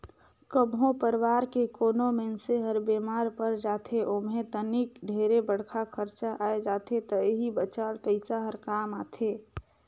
कभो परवार के कोनो मइनसे हर बेमार पर जाथे ओम्हे तनिक ढेरे बड़खा खरचा आये जाथे त एही बचाल पइसा हर काम आथे